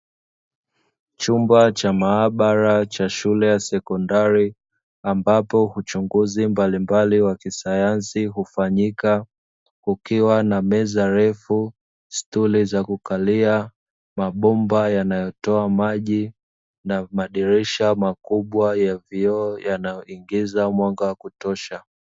Chumba cha maabara cha shule ya sekondari ambapo uchunguzi mbalimbali wa kisayansi hufanyika kukiwa na meza refu, stuli za kukalia, mabomba yanayotoa maji na madirisha makubwa ya vioo yanayoingiza mwanga wakutosha.